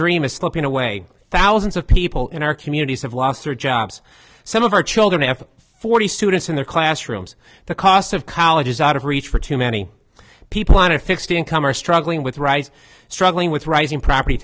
dream is slipping away thousands of people in our communities have lost their jobs some of our children have forty students in their classrooms the cost of college is out of reach for too many people on a fixed income or struggling with rise struggling with rising property